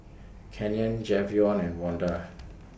Canyon Jayvon and Vonda